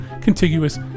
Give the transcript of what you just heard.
contiguous